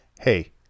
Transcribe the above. hey